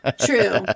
True